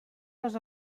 les